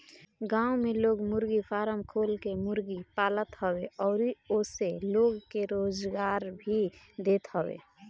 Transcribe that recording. गांव में लोग मुर्गी फारम खोल के मुर्गी पालत हवे अउरी ओसे लोग के रोजगार भी देत हवे